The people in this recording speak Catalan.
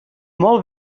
molt